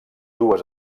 dues